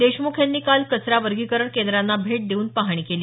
देशम्ख यांनी काल कचरा वर्गीकरण केंद्रांना भेट देऊन पाहणी केली